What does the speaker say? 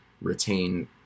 retain